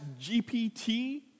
GPT